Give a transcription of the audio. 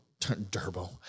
turbo